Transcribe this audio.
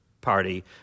party